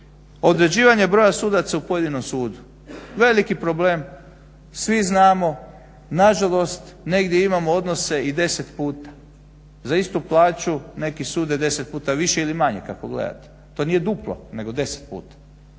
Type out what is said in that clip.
određivanje broja sudaca u pojedinom sudu. Veliki problem, svi znamo, nažalost negdje imamo odnose i deset puta, za istu plaću neki sude deset puta više ili manje kako gledate. To nije duplo nego deset puta.